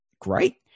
great